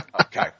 Okay